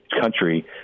country